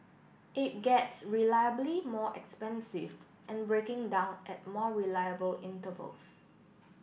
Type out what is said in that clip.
it gets reliably more expensive and breaking down at more reliable intervals